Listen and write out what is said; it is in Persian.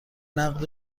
نقد